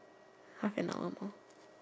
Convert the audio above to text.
half and hour more